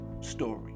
story